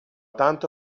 tanto